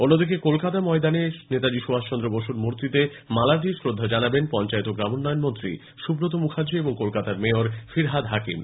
অন্যদিকে কলকাতা ময়দানে সুভাষচন্দ্র বসুর মূর্তিতে মালা দিয়ে শ্রদ্ধা জানাবেন পঞ্চায়েত ও গ্রামোন্নয়ন মন্ত্রী সুব্রত মুখার্জি এবং কলকাতার মেয়র ফিরহাদ হাকিম